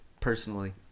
personally